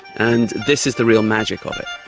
and this is the real magic of it.